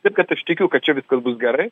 taip kad aš tikiu kad čia viskas bus gerai